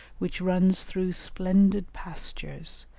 which runs through splendid pastures,